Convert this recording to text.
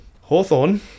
Hawthorne